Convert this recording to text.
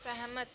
सैह्मत